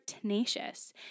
tenacious